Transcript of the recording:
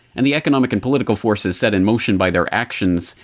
and the economic and political forces set in motion by their actions,